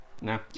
no